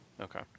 Okay